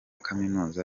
kaminuza